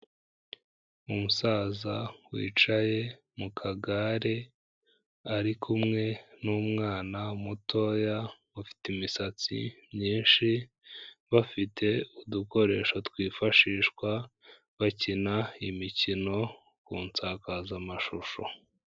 Umusaza wicaye mu kagare, ari kumwe n'umwana mutoya ufite imisatsi myinshi, bafite udukoresho twifashishwa bakina imikino ku nsakazamashusho.